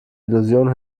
illusion